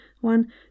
one